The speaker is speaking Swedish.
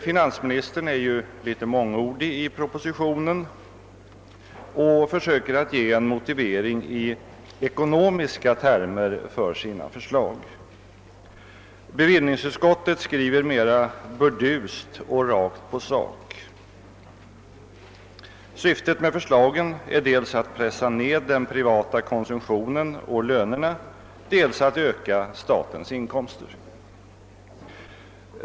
Finansministern är ju litet mångordig i propositionen och försöker ge en motivering i ekonomiska termer för sina förslag. Bevillningsutskottet skriver mera burdust och rakt på sak, att syftet med förslagen är dels att pressa ned den privata konsumtionen och lönerna, dels att öka statens inkomster.